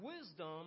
wisdom